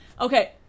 Okay